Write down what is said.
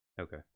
Okay